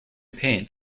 paint